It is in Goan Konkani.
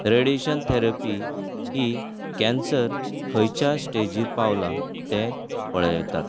रेडिएशन थॅरपी ही कँसर खंयच्या स्टेजीर पावला तें पळयता